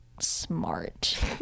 smart